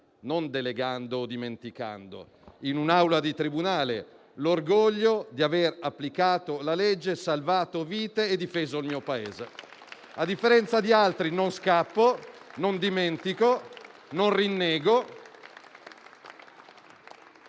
non delegando o dimenticando, in un'aula di tribunale, l'orgoglio di aver applicato la legge, salvato vite e difeso il mio Paese. A differenza di altri, non scappo, non dimentico, non rinnego.